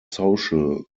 social